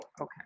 okay